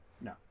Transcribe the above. No